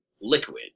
liquid